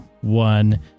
one